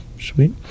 Sweet